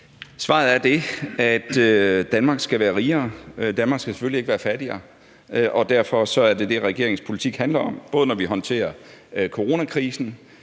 Svaret er det, at Danmark skal være rigere – Danmark skal selvfølgelig ikke være fattigere – og derfor er det det, regeringens politik handler om, både når vi håndterer coronakrisen,